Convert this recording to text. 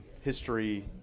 history